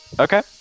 Okay